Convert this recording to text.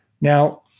Now